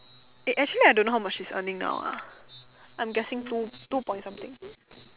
eh actually I don't know how much she is earning now ah I'm guessing two two point something